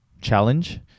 challenge